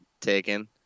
taken